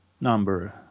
number